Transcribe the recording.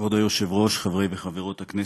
כבוד היושב-ראש, חברי וחברות הכנסת,